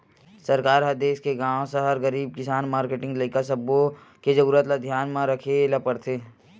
सरकार ह देस के गाँव, सहर, गरीब, किसान, मारकेटिंग, लइका सब्बो के जरूरत ल धियान म राखे ल परथे